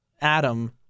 Adam